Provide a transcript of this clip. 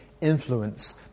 influence